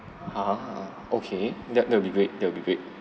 ha okay that that will be great that will be great